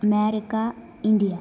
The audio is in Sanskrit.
आमेरिका इण्डिया